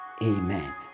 Amen